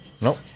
Nope